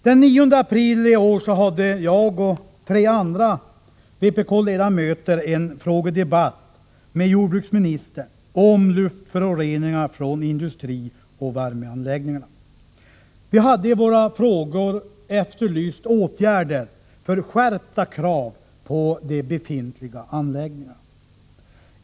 Den 9 april i år hade jag och tre andra vpk-ledamöter en frågedebatt med jordbruksministern om luftföroreningarna från industrioch värmeanläggningarna. Vi hade i våra frågor efterlyst åtgärder för skärpta krav på de befintliga anläggningarna.